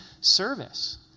service